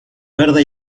verda